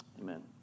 Amen